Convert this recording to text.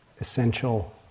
essential